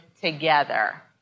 together